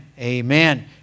Amen